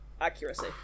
Accuracy